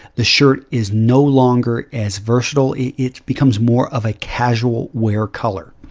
the shirt is no longer as versatile. it it becomes more of a casual wear color.